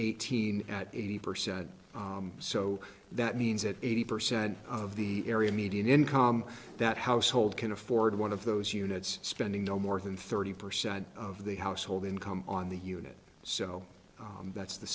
eighteen eighty percent so that means that eighty percent of the area median income that household can afford one of those units spending no more than thirty percent of the household income on the unit so that's the